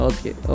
Okay